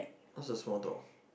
that's a small dog